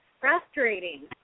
frustrating